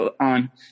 on